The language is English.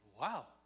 wow